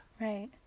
Right